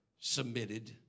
submitted